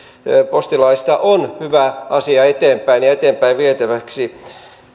postilaista on siten hyvä asia eteenpäin vietäväksi